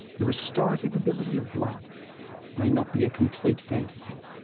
the restorative ability of blood may not be a complete fantasy.